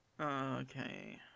Okay